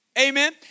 Amen